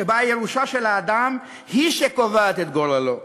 שבה הירושה של האדם היא שקובעת את גורלו,